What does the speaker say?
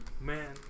Man